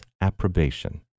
approbation